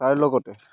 তাৰ লগতে